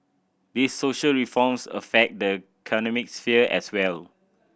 these social reforms affect the economic sphere as well